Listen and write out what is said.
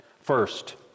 First